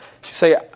say